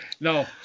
No